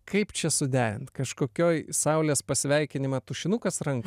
kaip čia suderint kažkokioje saulės pasveikinimą tušinukas rankoj